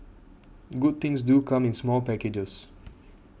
good things do come in small packages